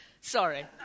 sorry